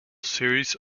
series